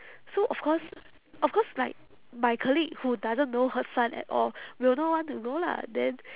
so of course of course like my colleague who doesn't know her son at all will not want to go lah then